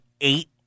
eight